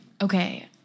okay –